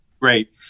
Great